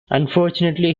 unfortunately